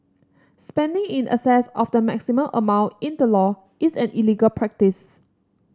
spending in excess of the maximum amount in the law is an illegal practice